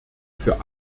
für